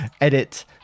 Edit